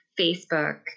Facebook